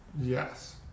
Yes